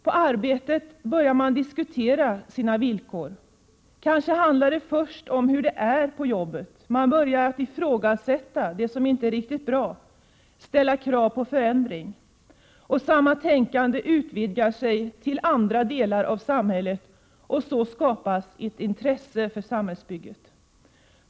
På arbetet börjar man diskutera sina villkor. Kanske handlar det först om hur det är på jobbet. Man börjar ifrågasätta det som inte är riktigt bra och ställa krav på förändring. Samma tänkande utvidgar sig till andra delar av samhället, och så skapas ett intresse för samhällsbygget.